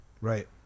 Right